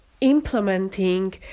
implementing